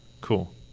Cool